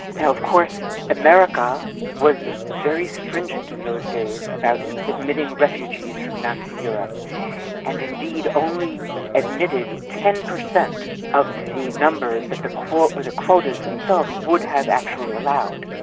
and of course america was very stringent in those days about admitting refugees from nazi europe and indeed only admitted ten per cent of the numbers that the quotas the quotas themselves would have actually allowed.